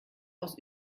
aus